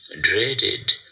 dreaded